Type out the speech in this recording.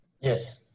Yes